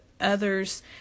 other's